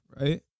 right